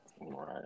Right